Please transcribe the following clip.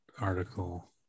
article